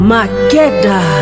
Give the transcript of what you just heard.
Makeda